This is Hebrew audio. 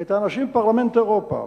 את האנשים בפרלמנט אירופה,